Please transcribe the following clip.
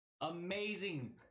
Amazing